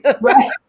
right